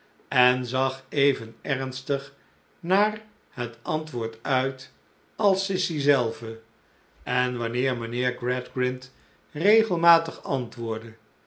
en zag even ernstig naar het antwoord uit als sissy zelve en wanneer mijnheer gradgrind regelmatig antwoordde